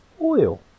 oil